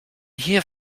hier